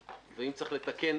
ואם צריך --- אני